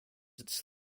its